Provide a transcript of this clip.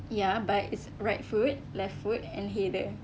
ya but it's right foot left foot and header